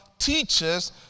teachers